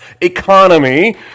economy